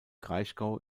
kraichgau